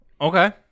Okay